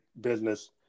business